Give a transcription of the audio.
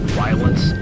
violence